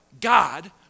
God